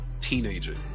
teenager